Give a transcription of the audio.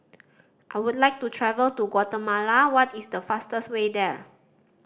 I would like to travel to Guatemala what is the fastest way there